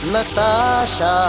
Natasha